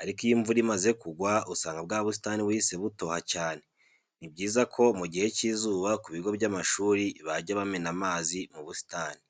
ariko iyo imvura imaze kugwa usanga bwa busitani buhise butoha cyane. Ni byiza ko mu gihe cy'izuba ku bigo by'amashuri bajya bamena amazi mu busitani.